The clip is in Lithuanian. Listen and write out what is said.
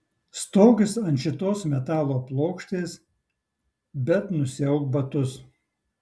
stokis ant šitos metalo plokštės bet nusiauk batus